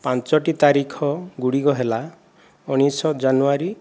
ପାଞ୍ଚଟି ତାରିଖ ଗୁଡ଼ିକ ହେଲା ଉଣେଇଶି ଜାନୁଆରୀ